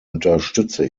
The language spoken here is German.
unterstütze